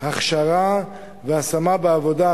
הכשרה והשמה בעבודה,